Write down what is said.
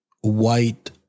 white